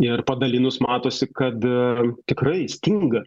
ir padalinus matosi kad tikrai stinga